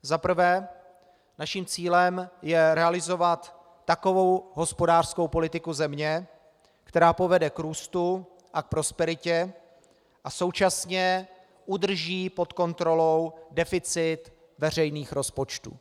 Za prvé, naším cílem je realizovat takovou hospodářskou politiku země, která povede k růstu a k prosperitě a současně udrží pod kontrolou deficit veřejných rozpočtů.